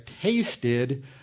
tasted